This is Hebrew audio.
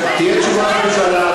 תהיה תשובת ממשלה,